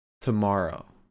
tomorrow